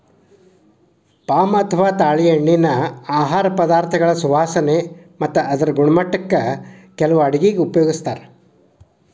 palm ಅಥವಾ ತಾಳೆಎಣ್ಣಿನಾ ಆಹಾರ ಪದಾರ್ಥಗಳ ಸುವಾಸನೆ ಮತ್ತ ಅದರ ಗುಣಮಟ್ಟಕ್ಕ ಕೆಲವು ಅಡುಗೆಗ ಉಪಯೋಗಿಸ್ತಾರ